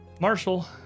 Marshall